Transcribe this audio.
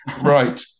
right